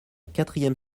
quatrième